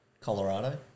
Colorado